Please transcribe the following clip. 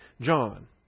John